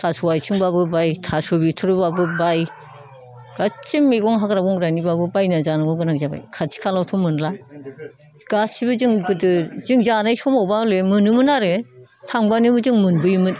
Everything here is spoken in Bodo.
थास' आथिंब्लाबो बाय थास' बिथ'रिब्लाबो बाय गासैबो मैगं हाग्रा बंग्रानिब्लाबो बायना जानांगौ गोनां जाबाय खाथि खालायावथ' मोनला गासैबो जों गोदो जों जानाय समावबा बे मोनो मोन आरो थांब्लानो जों मोनबोयोमोन